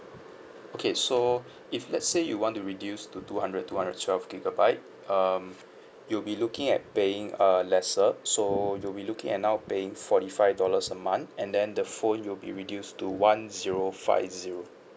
okay so if let's say you want to reduce to two hundred two hundred twelve gigabyte um you'll be looking at paying uh lesser so you'll be looking at now paying forty five dollars a month and then the phone you'll be reduced to one zero five zero